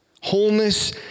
Wholeness